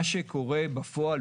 מה שקורה בפועל,